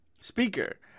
speaker